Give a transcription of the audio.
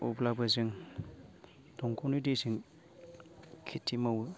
अब्लाबो जों दंगनि दैजों खेथि मावो